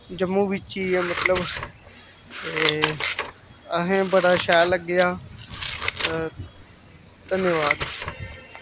जम्मू बिच्च ही ऐ मतलब एह् असें बड़ा शैल लग्गेआ धन्यवाद